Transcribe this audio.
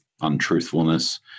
untruthfulness